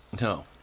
No